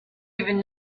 even